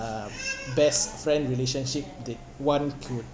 um best friend relationship that one could